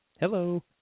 Hello